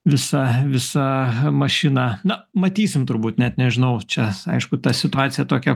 visa visa mašina na matysim turbūt net nežinau čia aišku ta situacija tokia